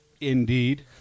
Indeed